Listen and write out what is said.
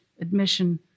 admission